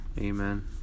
Amen